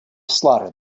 slaughter